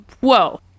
Whoa